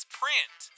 print